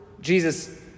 Jesus